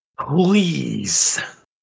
Please